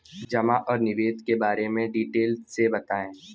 जमा और निवेश के बारे में डिटेल से बताएँ?